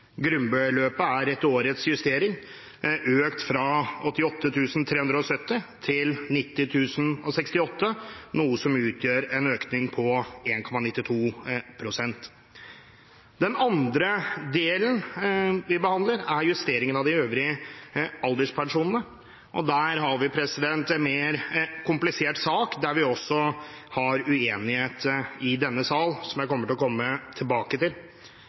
Grunnbeløpet er etter årets justering økt fra 88 370 kr til 90 068 kr, noe som utgjør en økning på 1,92 pst. Den andre delen vi behandler, er justeringen av de øvrige alderspensjonene, og der har vi en mer komplisert sak, der vi også har uenighet i denne sal, som jeg vil komme tilbake til.